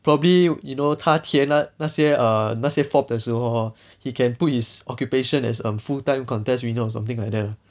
probably you know 他贴那那些 err 那些 forms 的时候 hor he can put his occupation as a full time contest winner or something like that lah